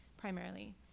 primarily